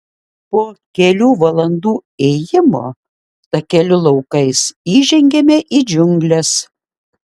po kelių valandų ėjimo takeliu laukais įžengiame į džiungles